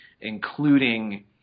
including